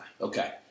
Okay